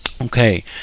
Okay